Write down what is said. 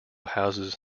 houses